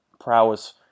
prowess